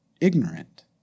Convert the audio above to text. Ignorant